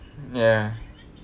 ya